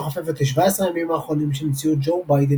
חופפת ל-17 הימים האחרונים של נשיאות ג'ו ביידן